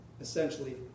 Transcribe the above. essentially